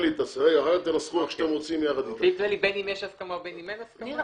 אם יש הסכמה ובין אם אין הסכמה.